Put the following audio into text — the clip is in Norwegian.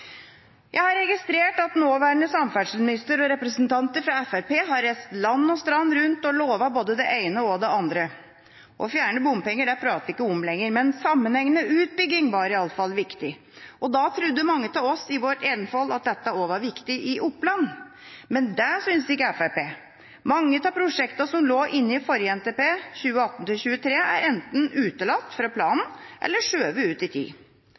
Jeg har registrert at nåværende samferdselsminister og representanter fra Fremskrittspartiet har reist land og strand rundt og lovet både det ene og det andre. Å fjerne bompenger snakker vi ikke om lenger, men sammenhengende utbygging var i alle fall viktig. Da trodde mange av oss i vårt enfold at dette også var viktig i Oppland. Men det synes ikke Fremskrittspartiet. Mange av prosjektene som lå inne i forrige NTP, for 2014–2023, er enten utelatt fra planen eller skjøvet ut i tid.